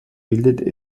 bildet